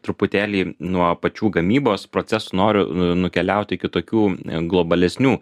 truputėlį nuo pačių gamybos procesų noriu nukeliaut iki tokių globalesnių